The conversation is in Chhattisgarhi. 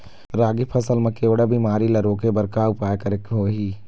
रागी फसल मा केवड़ा बीमारी ला रोके बर का उपाय करेक होही?